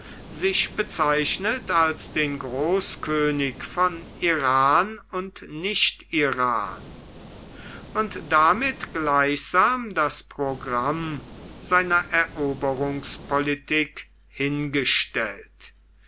sich bezeichnet als den großkönig von iran und nicht iran und damit gleichsam das programm seiner eroberungspolitik hingestellt